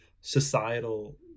societal